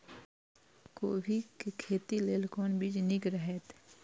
कोबी के खेती लेल कोन बीज निक रहैत?